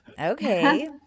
Okay